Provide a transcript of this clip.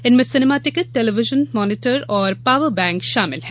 इनमें cinema ticket television monitor और power bank शामिल हैं